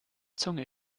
zunge